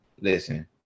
Listen